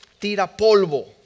tirapolvo